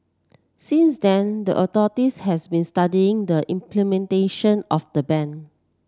since then the has been studying the implementation of the ban